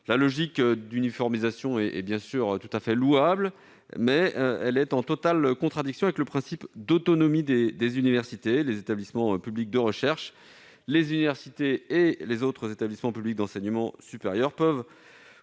La logique d'uniformisation est bien sûr tout à fait louable, mais elle est en totale contradiction avec le principe d'autonomie des universités. Les établissements publics de recherche, les universités et les autres établissements publics d'enseignement supérieur peuvent